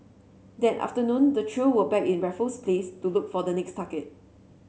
that afternoon the trio were back in Raffles Place to look for the next target